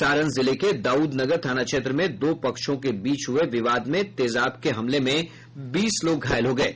सारण जिले के दाउदपुर थाना क्षेत्र में दो पक्षों के बीच हुए विवाद में तेजाब के हमले में बीस लोग घायल हो गये